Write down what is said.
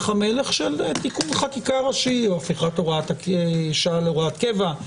המלך של תיקון חקיקה ראשי או הפיכת הוראת השעה להוראת קבע,